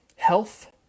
Health